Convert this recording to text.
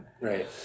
Right